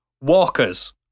Walker's